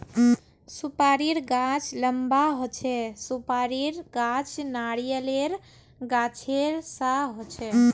सुपारीर गाछ लंबा होचे, सुपारीर गाछ नारियालेर गाछेर सा होचे